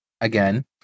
again